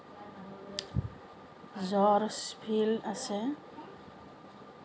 George field আছে